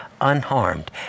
unharmed